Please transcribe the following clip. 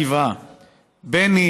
כי בא / בני,